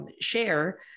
share